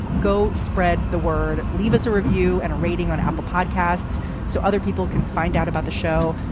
go spread the word leave us a review and a rating on apple podcasts so other people can find out about the show.